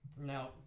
now